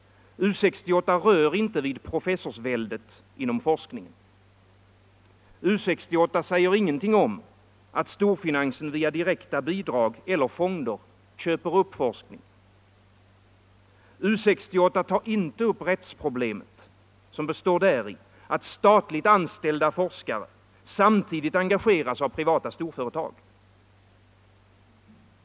U 68 rör inte vid professorsväldet inom forskningen. U 68 säger ingenting om att storfinansen via direkta bidrag eller fonder köper upp forskning. U 68 tar inte upp rättsproblemet som består däri att statligt anställda forskare samtidigt engageras av privata storföretag.